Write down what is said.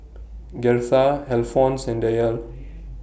Gertha Alphonse and Dayle